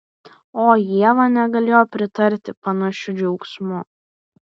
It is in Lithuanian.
o ieva negalėjo pritarti panašiu džiaugsmu